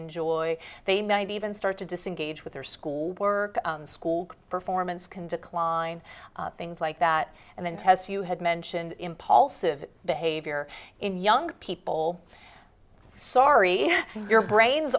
enjoy they may even start to disengage with their schoolwork school performance can decline things like that and then tests you had mentioned impulsive behavior in young people sorry your brains